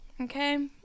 okay